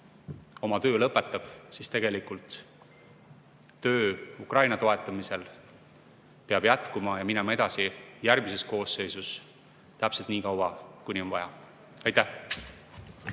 koosseis lõpetab oma töö, aga töö Ukraina toetamisel peab jätkuma ja minema edasi järgmises koosseisus täpselt nii kaua, kuni on vaja. Aitäh!